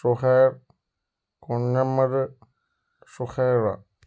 Suhair Kunhammad Suhara